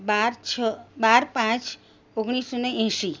બાર છ બાર પાંચ ઓગણીસોને એંસી